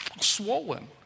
Swollen